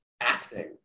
acting